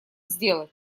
сделать